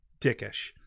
Dickish